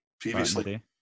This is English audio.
previously